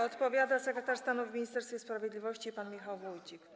Odpowiada sekretarz stanu w Ministerstwie Sprawiedliwości pan Michał Wójcik.